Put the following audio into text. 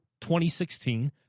2016